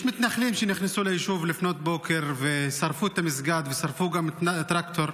יש מתנחלים שנכנסו ליישוב לפנות בוקר ושרפו את המסגד ושרפו גם טרקטור.